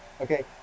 okay